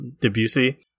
Debussy